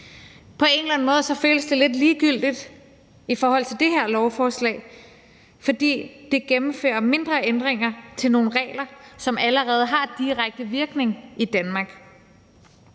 På en eller anden måde føles det lidt ligegyldigt i forhold til det her lovforslag, fordi det gennemfører nogle mindre ændringer til nogle regler, som allerede har direkte virkning i Danmark.